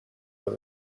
that